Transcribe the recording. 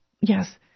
Yes